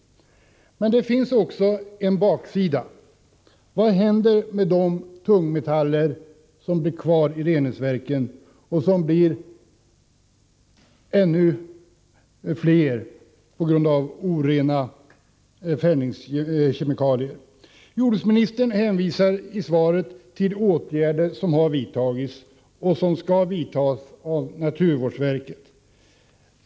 Men det finns även en baksida. Vad händer med de tungmetaller som blir kvar i reningsverken och som blir ännu fler på grund av orena fällningskemikalier? Jordbruksministern hänvisar i svaret till åtgärder som har vidtagits och som skall vidtas av naturvårdsverket.